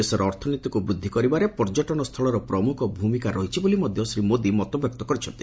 ଦେଶର ଅର୍ଥନୀତିକୁ ବୃଦ୍ଧି କରିବାରେ ପର୍ଯ୍ୟଟନ ସ୍ସୁଳର ପ୍ରମୁଖ ଭୂମିକା ରହିଛି ବୋଲି ମଧ୍ଧ ଶ୍ରୀ ମୋଦି ମତବ୍ୟକ୍ତ କରିଛନ୍ତି